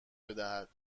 بدهد